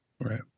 Right